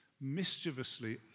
mischievously